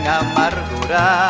amargura